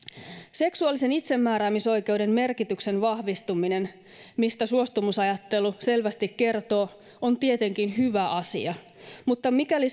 seksuaalisen itsemääräämisoikeuden merkityksen vahvistuminen mistä suostumusajattelu selvästi kertoo on tietenkin hyvä asia mutta mikäli